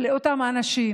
לאותם אנשים.